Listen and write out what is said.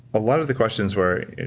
a lot of the questions were,